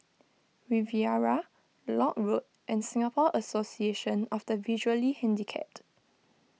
Riviera Lock Road and Singapore Association of the Visually Handicapped